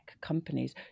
companies